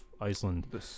Iceland